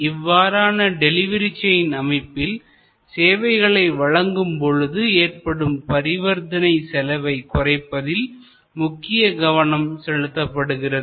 இவ்வாறான delivery chain அமைப்பில் சேவைகளை வழங்கும் பொழுது ஏற்படும் பரிவர்த்தனை செலவை குறைப்பதில் முக்கிய கவனம் செலுத்தப்படுகிறது